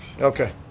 Okay